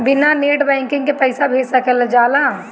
बिना net banking के पईसा भेज सकल जाला?